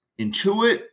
Intuit